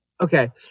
Okay